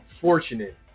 fortunate